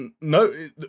No